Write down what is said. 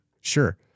Sure